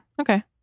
Okay